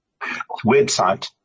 website